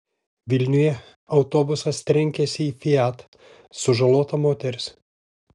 vilniuje autobusas trenkėsi į fiat sužalota moteris